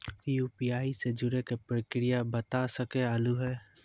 UPI से जुड़े के प्रक्रिया बता सके आलू है?